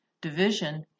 division